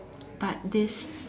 but this